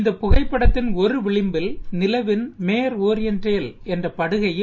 இந்த புகைப்படத்தின் ஒரு விளிப்பில் நிலவின் மேற் ஒரியண்டல் என்ற படுகையும்